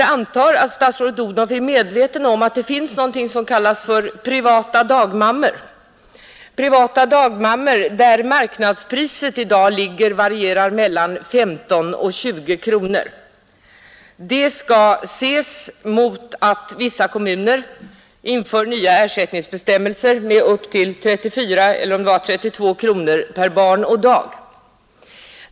Jag antar att statsrådet Odhnoff är medveten om att det finns någonting som kallas privata dagmammor, och marknadspriset för deras barntillsyn varierar i dag mellan 15 och 20 kronor. Det skall ses mot att vissa kommuner inför nya ersättningsbestämmelser med upp till 32 eller 34 kronor per barn och dag.